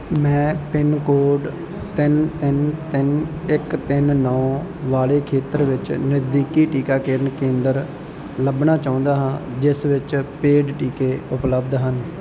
ਮੈਂ pin code ਤਿੰਨ ਤਿੰਨ ਤਿੰਨ ਇੱਕ ਤਿੰਨ ਨੌਂ ਵਾਲੇ ਖੇਤਰ ਵਿੱਚ ਨਜ਼ਦੀਕੀ ਟੀਕਾਕਰਨ ਕੇਂਦਰ ਲੱਭਣਾ ਚਾਹੁੰਦਾ ਹਾਂ ਜਿਸ ਵਿੱਚ ਪੇਡ ਟੀਕੇ ਉਪਲੱਬਧ ਹਨ